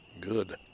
good